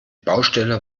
baustelle